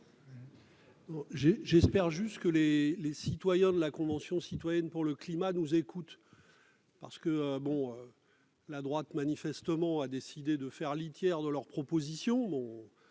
J'espère que les membres de la Convention citoyenne pour le climat nous écoutent. La droite a manifestement décidé de faire litière de leurs propositions